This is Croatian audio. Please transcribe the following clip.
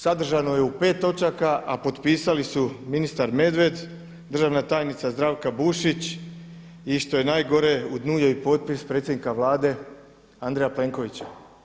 Sadržano je u pet točaka, a potpisali su ministar Medved, državna tajnica Zdravka Bušić i što je najgore i dnu je i potpis predsjednika Vlade Andreja Plenkovića.